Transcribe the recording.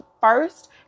first